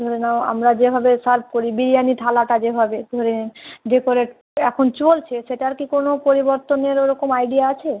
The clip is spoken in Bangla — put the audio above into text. ধরে নাও আমরা যেভাবে সার্ভ করি বিরিয়ানি থালাটা যেভাবে ধরে ডেকোরেট এখন চলছে সেটার কী কোনও পরিবর্তনের ওরকম আইডিয়া আছে